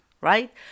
right